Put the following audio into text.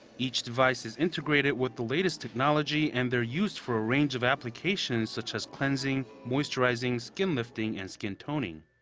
each device is integrated with the latest technology, and they're used for a range of applications such as cleansing, moisturizing, skin-lifting, and skin-toning.